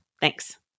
Thanks